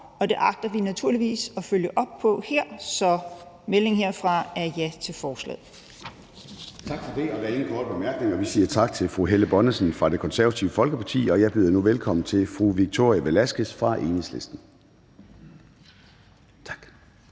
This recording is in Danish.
og det agter vi naturligvis at følge op på her. Så meldingen herfra er et ja til forslaget. Kl. 13:23 Formanden (Søren Gade): Tak for det. Og der er ingen korte bemærkninger. Vi siger tak til fru Helle Bonnesen fra Det Konservative Folkeparti. Jeg byder nu velkommen til fru Victoria Velasquez fra Enhedslisten. Kl.